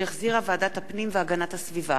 שהחזירה ועדת הפנים והגנת הסביבה,